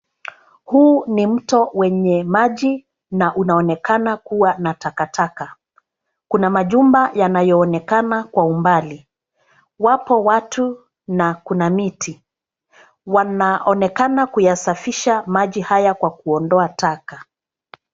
Huu ni mto wenye maji na unaonekana kuwa na takataka. Kuna majumba yanayoonekana kwa umbali. Wapo watu na kuna miti. Wanaonekana kuyasafisha maji haya kwa kuondoa taka.